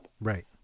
Right